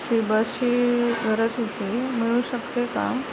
ती बसची गरज होती मिळू शकते का